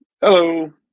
Hello